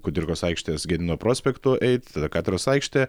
kudirkos aikštės gedimino prospektu eit tada katedros aikštė